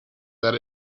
that